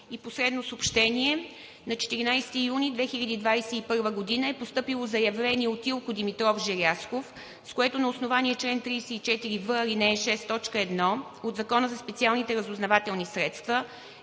Република България. На 14 юни 2021 г. е постъпило заявление от Илко Димитров Желязков, с което на основание чл. 34в, ал. 6, т.1 от Закона за специалните разузнавателни средства